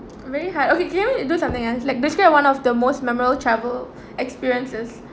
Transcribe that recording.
very hard okay can we do something else like basically one of the most memorable travel experiences